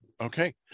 Okay